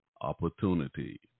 opportunity